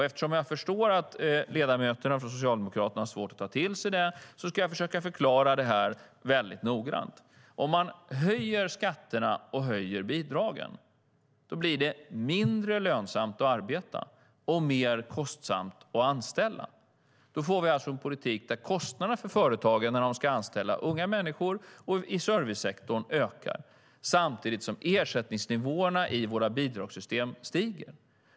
Eftersom jag förstår att ledamöterna från Socialdemokraterna har svårt att ta till sig detta ska jag försöka förklara det väldigt noggrant. Om man höjer skatterna och höjer bidragen blir det mindre lönsamt att arbeta och mer kostsamt att anställa. Då får vi en politik där kostnaderna för företagen ökar när de ska anställa unga människor och i servicesektorn samtidigt som ersättningsnivån i våra bidragssystem stiger.